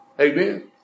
Amen